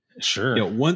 Sure